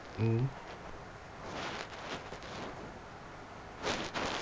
mmhmm